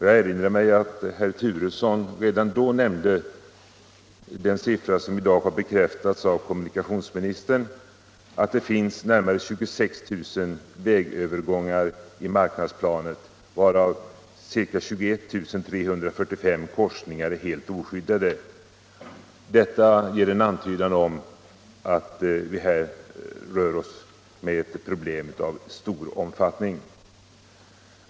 Jag erinrar mig att herr Turesson då nämnde att det finns närmare 26 000 järnvägskorsningar i markplanet, vilket kommunikationsministern nu bekräftar i sitt svar. Av dessa är ca 21345 helt oskyddade. Detta ger en antydan om att vi här rör oss med ett problem av stor omfattning.